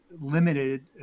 limited